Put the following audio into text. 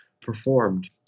performed